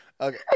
Okay